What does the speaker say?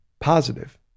positive